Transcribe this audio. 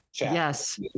Yes